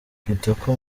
kitoko